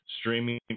streaming